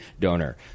donor